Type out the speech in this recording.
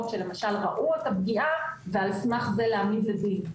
שלמשל ראו את הפגיעה ועל סמך זה להעמיד לדין,